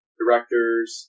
directors